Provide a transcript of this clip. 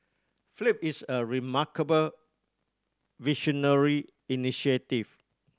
flip is a remarkable visionary initiative